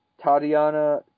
Tatiana